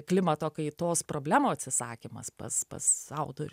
klimato kaitos problemų atsisakymas pas pas autorių